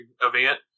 event